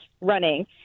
running